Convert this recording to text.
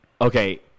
Okay